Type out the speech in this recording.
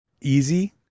easy